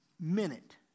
minute